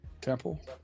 temple